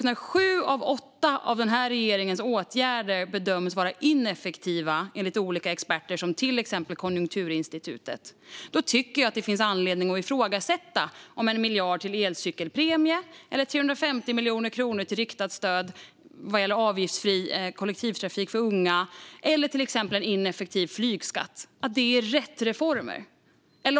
När sju av åtta av regeringens åtgärder bedöms vara ineffektiva, enligt olika experter som exempelvis Konjunkturinstitutet, tycker jag att det finns anledning att ifrågasätta om 1 miljard till elcykelpremie, 350 miljoner till riktat stöd för avgiftsfri kollektivtrafik för unga eller en ineffektiv flygskatt är rätt reformer.